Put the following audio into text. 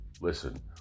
Listen